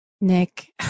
Nick